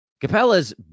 Capella's